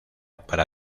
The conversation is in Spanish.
para